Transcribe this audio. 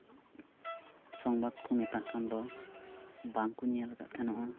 ᱥᱚᱢᱵᱟᱫ ᱠᱚ ᱢᱮᱛᱟᱜ ᱠᱟᱱ ᱫᱚ ᱵᱟᱝ ᱠᱚ ᱧᱮᱞ ᱟᱠᱟᱫ ᱛᱟᱦᱮᱱᱚᱜᱼᱟ